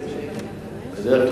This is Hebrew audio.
אתה יודע שאני צודקת.